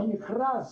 פתיחת השמיים.